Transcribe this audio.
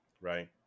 Right